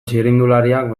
txirrindulariak